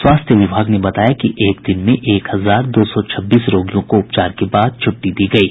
स्वास्थ्य विभाग ने बताया कि एक दिन में एक हजार दो सौ छब्बीस रोगियों को उपचार के बाद छुट्टी दी गयी